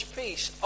peace